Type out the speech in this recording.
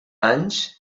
anys